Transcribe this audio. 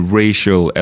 racial